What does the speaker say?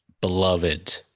beloved